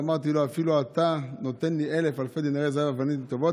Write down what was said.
אמרתי לו: אפילו אתה נותן לי אלף אלפי דינרי זהב אבנים טובות,